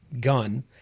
gun